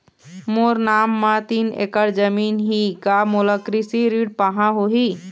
मोर नाम म तीन एकड़ जमीन ही का मोला कृषि ऋण पाहां होही?